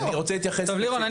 לירון,